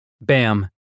Bam